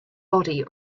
body